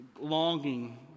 longing